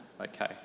Okay